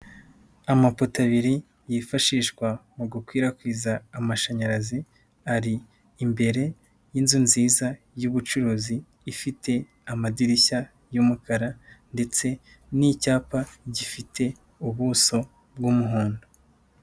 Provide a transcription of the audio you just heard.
Amapoto abiri yifashishwa mu gukwirakwiza amashanyarazi, ari imbere y'inzu nziza y'ubucuruzi ifite amadirishya y'umukara, ndetse n'icyapa gifite ubuso bw'umuhondo.